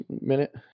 minute